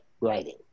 writing